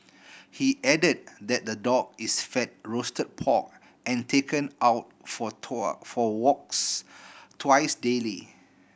he added that the dog is fed roasted pork and taken out for for walks twice daily